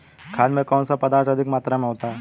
खाद में कौन सा पदार्थ अधिक मात्रा में होता है?